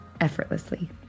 effortlessly